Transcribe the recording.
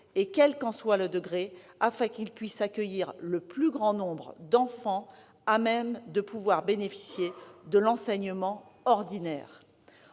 et leur degré, afin qu'ils puissent accueillir le plus grand nombre d'enfants à même de bénéficier de l'enseignement ordinaire.